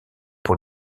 pour